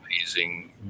amazing